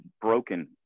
broken